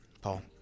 Paul